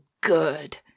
good